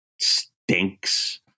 stinks